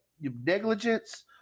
negligence